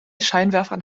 scheinwerfern